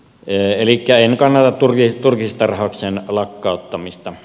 elikkä en kannata turkistarhauksen lakkauttamista